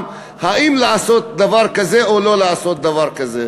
אם לעשות דבר כזה או לא לעשות דבר כזה?